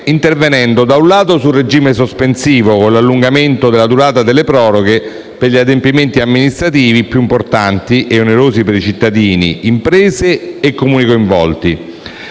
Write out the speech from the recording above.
intervenendo - da un lato - sul regime sospensivo, con l'allungamento della durata delle proroghe per gli adempimenti amministrativi più importanti e onerosi per cittadini, imprese e Comuni coinvolti,